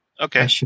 okay